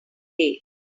day